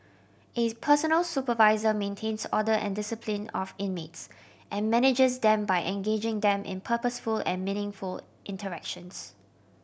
a personal supervisor maintains order and discipline of inmates and manages them by engaging them in purposeful and meaningful interactions